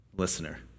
listener